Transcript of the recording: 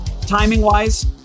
timing-wise